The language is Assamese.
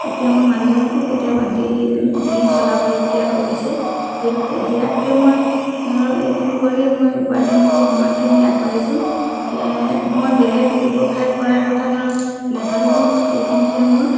এতিয়া মই মানুহজনকো কেতিয়াবা দি দি চলাবলগীয়া হৈ গৈছে সেইটোতে সেয়াকৈ মই ধৰক এইখিনি কৰিয়েই মই উপাৰ্জনমুখী যিমানখিনি আগবাঢ়িছোঁ মই বেলেগ ব্যৱসায় কৰাৰ কথা ধৰক নাভাবিলেও মোৰ এইখিনিতে মোৰ